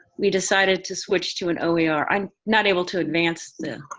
we decided to switch to an oer. i'm not able to advance the